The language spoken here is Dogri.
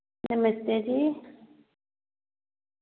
नमस्ते जी